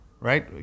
Right